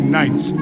nights